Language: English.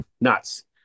nuts